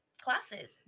classes